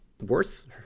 worth